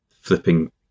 flipping